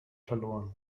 verloren